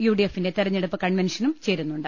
U D എഫിന്റെ തെരഞ്ഞെടുപ്പ് കൺവെൻഷനും ചേരുന്നുണ്ട്